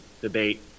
debate